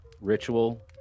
ritual